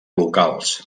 locals